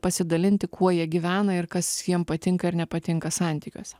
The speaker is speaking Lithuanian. pasidalinti kuo jie gyvena ir kas jiem patinka ir nepatinka santykiuose